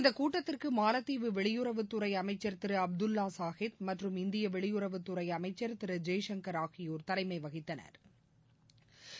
இந்தக் கூட்டத்திற்கு மாலத்தீவு வெளியுறவுத்துறை அமைச்சர் திரு அப்துல்லா சாஹித் மற்றும் இந்திய வெளியுறவுத்துறை அமைச்சா் திரு ஜெய்சங்கா் ஆகியோா் தலைமை வகித்தனா்